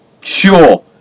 Sure